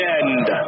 end